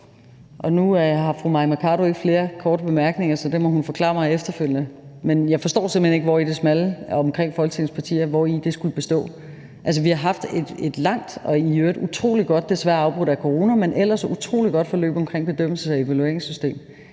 Nu har fru Mai Mercado ikke flere korte bemærkninger, så det må hun forklare mig efterfølgende. Jeg forstår simpelt hen ikke, hvori det smalle omkring Folketingets partier skulle bestå. Vi har haft et langt og i øvrigt utrolig godt forløb – desværre afbrudt af corona – omkring et bedømmelses- og evalueringssystem